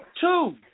Two